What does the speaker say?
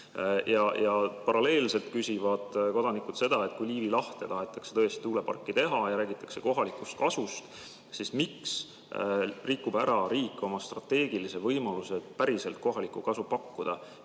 Paralleelselt küsivad kodanikud seda, et kui Liivi lahte tahetakse tõesti tuuleparki teha ja räägitakse kohalikust kasust, siis miks rikub riik ära oma strateegilise võimaluse päriselt kohalikku kasu pakkuda,